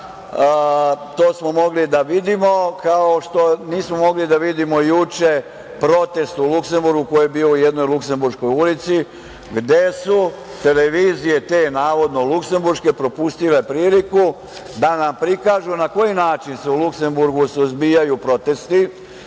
To smo mogli da vidimo, kao što nismo mogli da vidimo juče protest u Luksemburgu koji je bio u jednoj luksemburškoj ulici gde su televizije te navodno luksemburške propustile priliku da nam prikažu na koji način se u Luksemburgu suzbijaju protesti